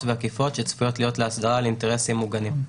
ועקיפות שצפויות להיות להסדרה על אינטרסים מוגנים.